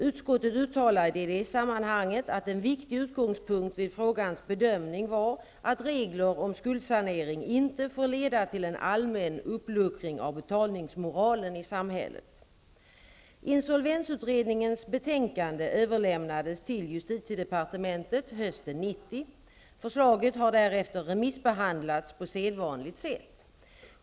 Utskottet uttalade i det sammanhanget att en viktig utgångspunkt vid frågans bedömning var att regler om skuldsanering inte får leda till en allmän uppluckring av betalningsmoralen i samhället. Insolvensutredningens betänkande överlämnades till justitiedepartementet hösten 1990. Förslaget har därefter remissbehandlats på sedvanligt sätt.